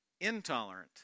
intolerant